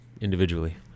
individually